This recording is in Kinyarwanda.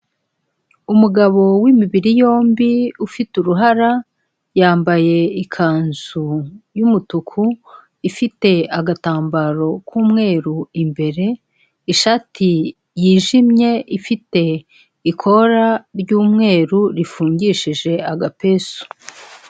Umugabo w'imibiri yombi ufite uruhara, yambaye ikanzu y'umutuku, ifite agatambaro k'umweru imbere, ishati yijimye, ifite ikora ry'umweru rifungishije agapesu.